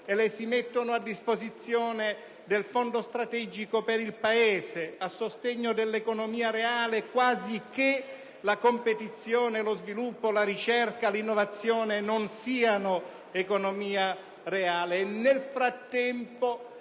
e le si mettono a disposizione del Fondo strategico per il Paese, a sostegno dell'economia reale, quasi che la competizione, lo sviluppo, la ricerca e l'innovazione non fossero economia reale. Nel frattempo,